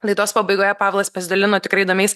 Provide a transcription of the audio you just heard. laidos pabaigoje pavlas pasidalino tikrai įdomiais